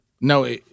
no